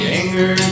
anger